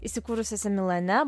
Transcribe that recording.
įsikūrusiose milane